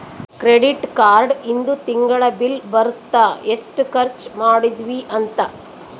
credit card ಇಂದು ತಿಂಗಳ bill ಬರುತ್ತ ಎಸ್ಟ ಖರ್ಚ ಮದಿದ್ವಿ ಅಂತ